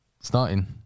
starting